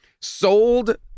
sold